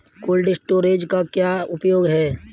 Cold storage का क्या उपयोग है?